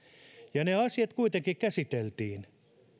ja ne asiat kuitenkin käsiteltiin